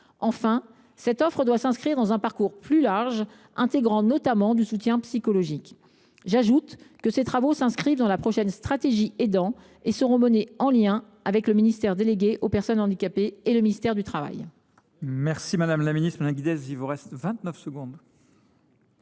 Enfin, cette offre doit s’intégrer dans un parcours plus large intégrant, notamment, du soutien psychologique. J’ajoute que ces travaux s’inscrivent dans la prochaine stratégie « agir pour les aidants » et seront menés en lien avec le ministère délégué aux personnes handicapées et le ministère du travail.